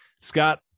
Scott